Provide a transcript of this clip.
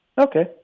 Okay